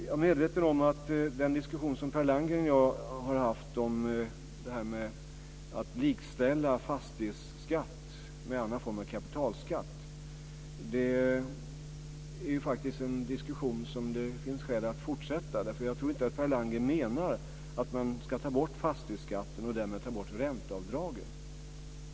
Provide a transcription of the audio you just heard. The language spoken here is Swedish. Jag är medveten om att den diskussion som Per Landgren och jag har haft om det här med att likställa fastighetsskatt med annan form av kapitalskatt faktiskt är en diskussion som det finns skäl att fortsätta. Jag tror nämligen inte att Per Landgren menar att man ska ta bort fastighetsskatten och därmed ta bort ränteavdragen.